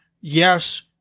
yes